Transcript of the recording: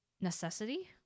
necessity